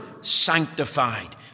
sanctified